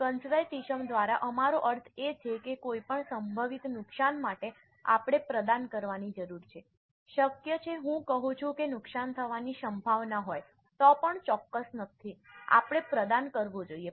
conservatism દ્વારા અમારો અર્થ એ છે કે કોઈપણ સંભવિત નુકસાન માટે આપણે પ્રદાન કરવાની જરૂર છે શક્ય છે હું કહું છું કે નુકસાન થવાની સંભાવના હોય તો પણ ચોક્કસ નથી આપણે પ્રદાન કરવું જોઈએ